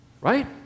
Right